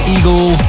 Eagle